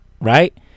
right